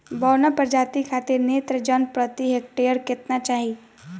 बौना प्रजाति खातिर नेत्रजन प्रति हेक्टेयर केतना चाही?